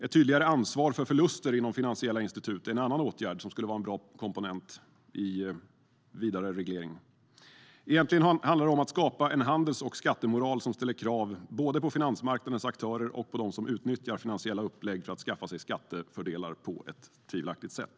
Ett tydligare ansvar för förluster inom finansiella institut är en annan åtgärd som skulle vara en bra komponent i en vidare reglering. Egentligen handlar det om att skapa en handels och skattemoral som ställer krav både på finansmarknadens aktörer och på dem som utnyttjar finansiella upplägg för att skaffa sig skattefördelar på ett tvivelaktigt sätt.